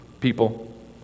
people